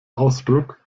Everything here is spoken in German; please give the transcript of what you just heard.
ausdruck